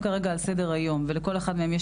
שנמצאים כרגע על סדר-היום ולכל אחד מהם יש